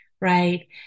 right